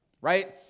right